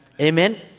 Amen